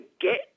get